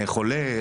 חולה?